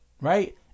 Right